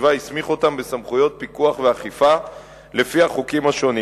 הסביבה הסמיך בסמכויות פיקוח ואכיפה לפי החוקים השונים.